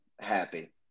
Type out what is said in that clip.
happy